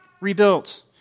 rebuilt